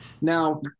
Now